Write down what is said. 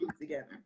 together